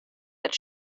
that